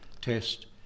test